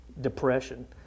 depression